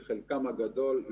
עוד שנייה.